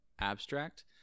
abstract